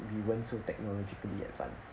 we weren't so technologically advanced